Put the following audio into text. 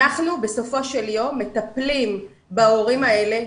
אנחנו בסופו של יום מטפלים בהורים האלה,